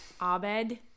Abed